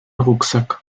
rucksack